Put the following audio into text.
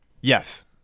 Yes